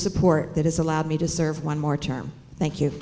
support that is allowed me to serve one more term thank you